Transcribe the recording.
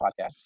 podcast